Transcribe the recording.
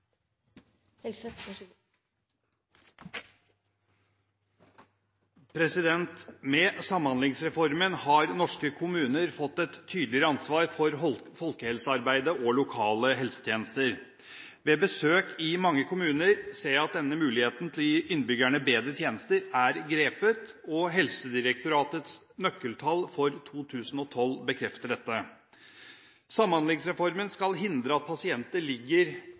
Med Samhandlingsreformen har norske kommuner fått et tydeligere ansvar for folkehelsearbeidet og lokale helsetjenester. Ved besøk i mange kommuner ser jeg at denne muligheten til å gi innbyggerne bedre tjenester er grepet, og Helsedirektoratets nøkkeltall for 2012 bekrefter dette. Samhandlingsreformen skal hindre at pasienter ligger